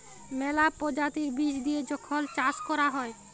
ম্যালা পরজাতির বীজ দিঁয়ে যখল চাষ ক্যরা হ্যয়